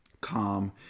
calm